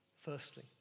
Firstly